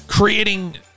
creating